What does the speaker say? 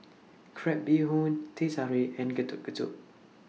Crab Bee Hoon Teh Tarik and Getuk Getuk